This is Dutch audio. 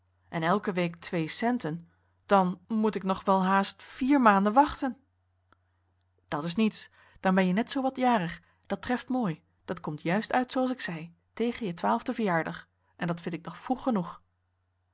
en elke week twee centen dan moet ik nog wel haast vier maanden wachten dat is niets dan ben je net zoo wat jarig dat treft mooi dat komt juist uit zooals ik zei tegen je twaalfden verjaardag en dat vind ik nog vroeg genoeg